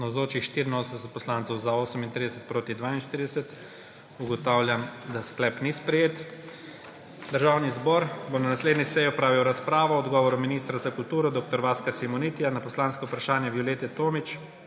42. (Za je glasovalo 38.) (Proti 42.) Ugotavljam, da sklep ni sprejet. Državni zbor bo na naslednji seji opravil razpravo o odgovoru ministra za kulturo dr. Vaska Simonitija na poslansko vprašanje Violete Tomić